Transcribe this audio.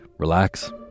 Relax